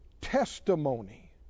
Testimony